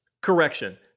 correction